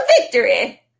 victory